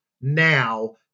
now